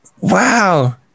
Wow